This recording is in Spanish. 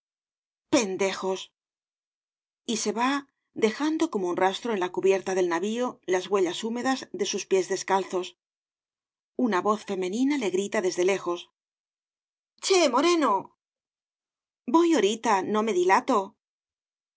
pendejos y se va dejando como un rastro en la cubierta del navio las huellas húmedas de sus pies descalzos una voz femenina le grita desde lejos che moreno voy horita no me dilato